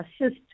assist